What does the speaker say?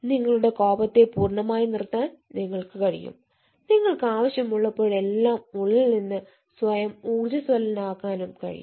നിങ്ങളുടെ കോപത്തെ പൂർണ്ണമായി നിർത്താൻ നിങ്ങൾക്ക് കഴിയും നിങ്ങൾക്ക് ആവശ്യമുള്ളപ്പോഴെല്ലാം ഉള്ളിൽ നിന്ന് സ്വയം ഊർജ്ജസ്വലമാക്കാനും കഴിയും